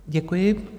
Děkuji.